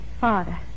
Father